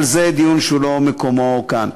אבל זה דיון שאין מקומו כאן.